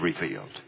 revealed